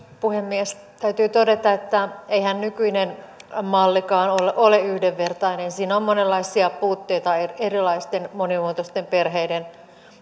puhemies täytyy todeta että eihän nykyinen mallikaan ole ole yhdenvertainen siinä on monenlaisia puutteita erilaisten monimuotoisten perheiden